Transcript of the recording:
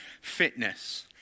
fitness